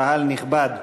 קהל נכבד,